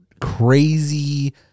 crazy